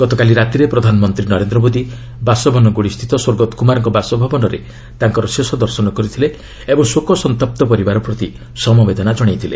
ଗତକାଲି ରାତିରେ ପ୍ରଧାନମନ୍ତ୍ରୀ ନରେନ୍ଦ୍ର ମୋଦି ବାସବନଗୁଡ଼ି ସ୍ଥିତ ସ୍ୱର୍ଗତ କୁମାରଙ୍କ ବାସଭବନରେ ତାଙ୍କର ଶେଷ ଦର୍ଶନ କରିଥିଲେ ଏବଂ ଶୋକ ସନ୍ତପ୍ତ ପରିବାର ପ୍ରତି ସମବେଦନା ଜଣାଇଥିଲେ